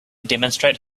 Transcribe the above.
demonstrate